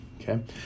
Okay